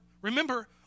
remember